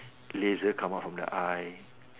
laser come out from the eye